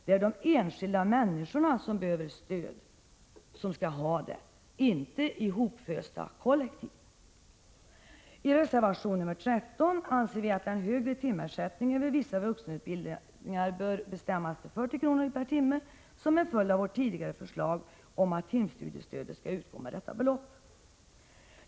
Det är de enskilda människorna som behöver stöd, som skall ha det, inte ihopfösta kollektiv. I reservation nr 13 anser vi att den högre timersättningen vid vissa vuxenutbildningar bör bestämmas till 40 kr. per timme, som en följd av vårt tidigare förslag om att timstudiestödet skall utgå med detta belopp.